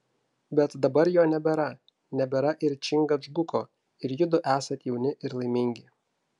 bet dabar jo nebėra nebėra ir čingačguko o judu esat jauni ir laimingi